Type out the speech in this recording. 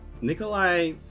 Nikolai